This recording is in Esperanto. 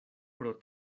pro